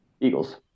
Eagles